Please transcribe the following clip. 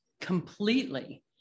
completely